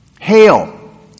Hail